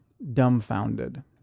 dumbfounded